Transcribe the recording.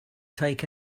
take